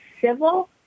civil